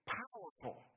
powerful